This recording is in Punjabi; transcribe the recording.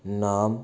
ਨਾਮ